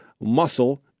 muscle